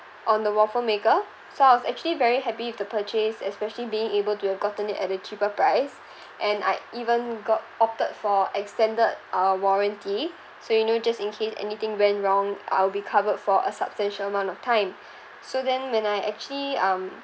on the waffle maker so I was actually very happy with the purchase especially being able to have gotten it at a cheaper price and I even got opted for extended uh warranty so you know just in case anything went wrong I will be covered for a substantial amount of time so then when I actually um